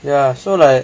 ya so like